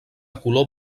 color